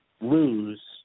lose